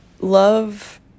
love